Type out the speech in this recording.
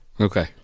Okay